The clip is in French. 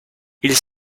ils